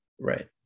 Right